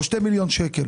או 2 מיליון ₪.